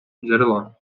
джерело